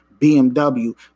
BMW